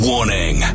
Warning